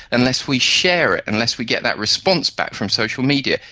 unless we share it, unless we get that response back from social media,